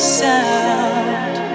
sound